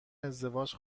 ازدواج